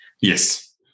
Yes